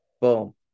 boom